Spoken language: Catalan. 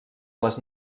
les